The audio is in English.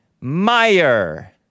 Meyer